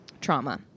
trauma